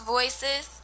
Voices